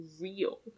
real